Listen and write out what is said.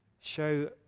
Show